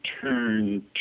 turn